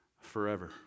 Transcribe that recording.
forever